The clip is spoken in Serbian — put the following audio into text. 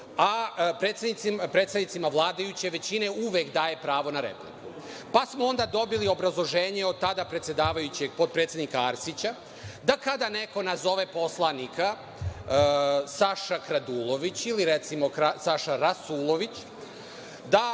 a predstavnicima vladajuće većine uvek daje pravo na repliku. Onda smo dobili obrazloženje od tada predsedavajućeg potpredsednika Arsića da kada neko nazove poslanika „Saša Kradulović“ ili, recimo, „Saša Rasulović“,